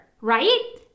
right